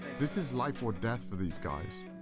this is life or death for these guys.